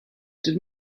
did